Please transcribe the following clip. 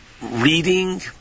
reading